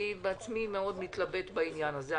אני עצמי מאוד מתלבט בעניין הזה.